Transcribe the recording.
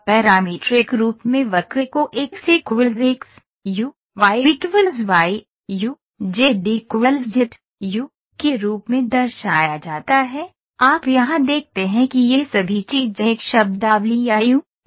parametric रूप में वक्र को x x u y y u z z u के रूप में दर्शाया जाता है आप यहां देखते हैं कि ये सभी चीजें एक शब्दावली या यू नामक एक कारक द्वारा जुड़ी हुई हैं